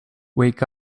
wake